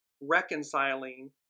reconciling